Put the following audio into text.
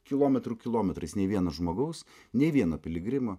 kilometrų kilometrais nei vieno žmogaus nei vieno piligrimo